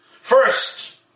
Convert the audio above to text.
First